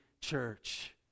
church